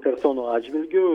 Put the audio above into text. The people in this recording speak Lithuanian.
personų atžvilgiu